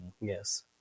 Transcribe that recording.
Yes